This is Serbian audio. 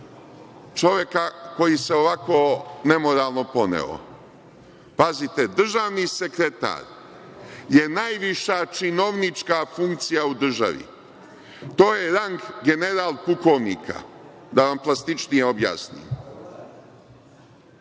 čoveka koji se ovako nemoralno poneo? Pazite, državni sekretar je najviša činovnička funkcija u državi. To je rang general-pukovnika da vam plastičnije objasnim.